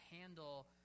handle